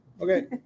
Okay